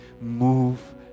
move